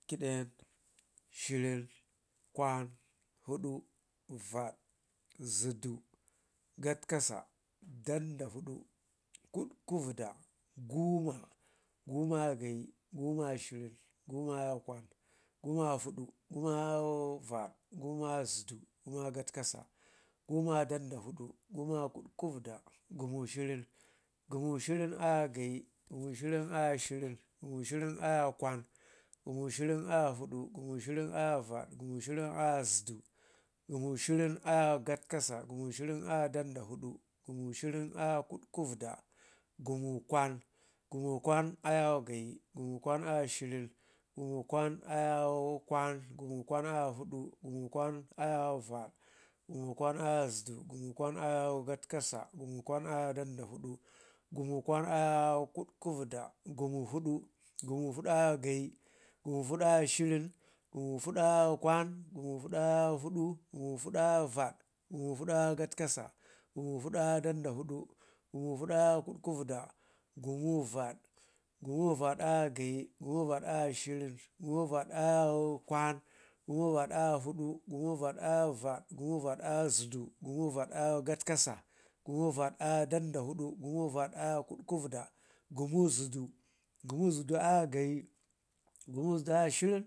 ƙidən, shirin, kwan, fudu, vad, zudu, gatkasa daudafudu, kutkuvida, guma, guma ayowo gayi, guma ayawo shirin, guma ayawo kwan, guma ayawo fudu, guma ayawo vad, guma ayawo zudu, guma ayawo katkasa, guma ayawo kutkuvuda, gumu shirin, gumu shirin ayawo gayi, gumu shirin ayawo shirin, gumu shirin ayawo kwan, gumu shirin ayawo fudu, gumu shirin ayawo vad, gumu shirin ayawo zudu, gumu shirin ayawo katkasa, gumu shirin ayawo dandafudu, gumu shirin ayawo kutkuvida, gumu kwan, gumu kwan ayawo gayi, gumu kwan ayawo shirin, gumu kwan ayawo kwan, kumu kwan ayawo vad, gumu kwan ayawo zudu, gumu kwan ayawo gatkasa, gumu kwan ayawo danda fudu, gumu kwan ayawo kutkuvida, gumu fudu, gumu fudu ayawo gayi, gumu fudu ayawo shirin, gumu fudu ayawo kwan, gumu fudu ayawo fudu, gumu fudu ayawo vad, gumu fudu ayawo zudu, gumu fudu ayawo gatkasa, gumu fudu ayawo dandafudu, gumu fudu ayawo kutkuvida, gumu vad, gumu vad ayawo gayi, gumu vad ayawo shirin, gumu vad ayawo kwan, gumu vad ayawo fudu, gumu vad ayawo zudu, gumu vad ayawo katkasa, gumu vad ayawo dandafudu, gumu vad ayawo gutkuvida, gumu zudu, gumu zudu ayawo gayi, gumu zudu ayawo shirin,